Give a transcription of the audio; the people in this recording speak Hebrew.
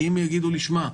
כי אם יגידו לי: שמע,